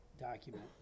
document